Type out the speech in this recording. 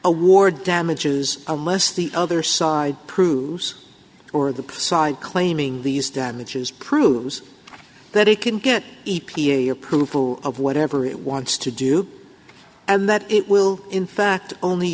award damages a miss the other side proves or the side claiming these damages proves that it can get e p a approval of whatever it wants to do and that it will in fact only